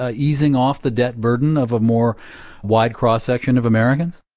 ah easing off the debt burden of a more wide cross-section of americans?